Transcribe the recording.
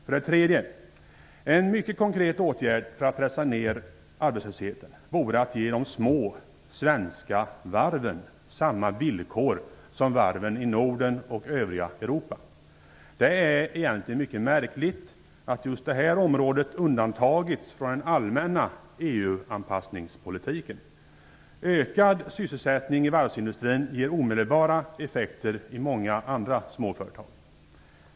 För det tredje: En mycket konkret åtgärd för att pressa ned arbetslösheten vore att ge de små svenska varven samma villkor som varven i Norden och övriga Europa. Det är egentligen mycket märkligt att just detta område undantagits från den allmänna EU anpassningspolitiken. Ökad sysselsättning i varvsindustrin ger omedelbara effekter för många andra småföretag.